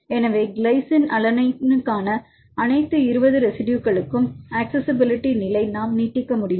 எனவே கிளைசின் அலனைனுக்கான அனைத்து 20 ரெசிடுயுகளுக்கும் அக்சஸிஸிபிலிட்டி நிலை நாம் நீட்டிக்க முடியும்